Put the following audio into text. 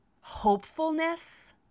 hopefulness